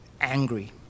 angry